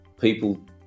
people